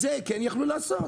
את זה כן יכלו לעשות?